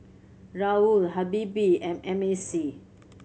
Raoul Habibie and M A C